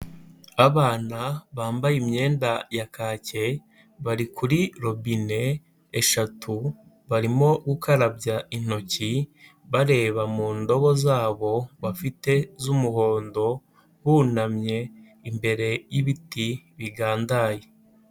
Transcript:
Abana bambaye imyenda ya kake bari kuri robine eshatu, barimo gukarabya intoki bareba mu ndobo zabo bafite z'umuhondo bunamye imbere y'ibiti bigandaye.